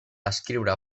escriure